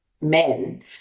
men